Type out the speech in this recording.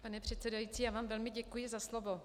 Pane předsedající, já vám velmi děkuji za slovo.